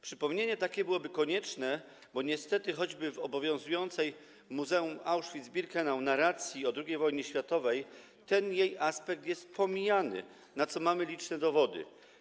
Przypomnienie takie byłoby konieczne, bo niestety choćby w obowiązującej w muzeum Auschwitz-Birkenau narracji o II wojnie światowej ten jej aspekt jest pomijany, na co mamy liczne dowody.